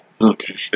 Okay